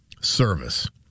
service